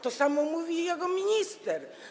To samo mówi jego minister.